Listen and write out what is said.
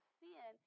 sin